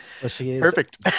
perfect